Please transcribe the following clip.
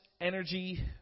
energy